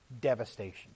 Devastation